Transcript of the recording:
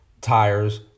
tires